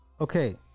okay